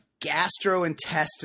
gastrointestinal